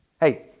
Hey